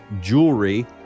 jewelry